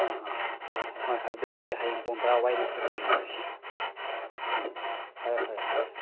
ꯑꯥ ꯑꯥ ꯍꯣꯏ ꯍꯣꯏ ꯑꯗꯨ ꯑꯣꯏꯔꯗꯤ ꯍꯌꯦꯡ ꯄꯨꯡ ꯇꯔꯥ ꯋꯥꯏꯗꯨꯗ ꯊꯦꯡꯅꯔꯁꯤ ꯎꯝ ꯎꯝ ꯐꯔꯦ ꯐꯔꯦ ꯍꯣꯏ